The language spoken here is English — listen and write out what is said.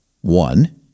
one